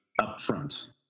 upfront